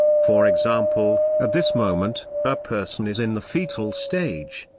for example, at this moment, a person is in the fetal stage,